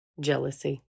Jealousy